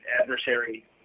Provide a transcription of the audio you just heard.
adversary